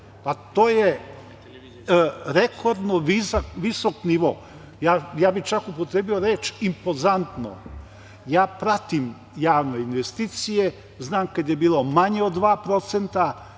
a to je rekordno visok nivo, ja bih čak upotrebio reč impozantno. Ja pratim javne investicije, znam kada je bilo manje od 2%,